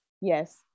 yes